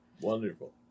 Wonderful